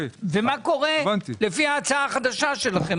ומה קורה לפי ההצעה החדשה שלכם.